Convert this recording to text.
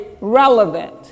relevant